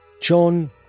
John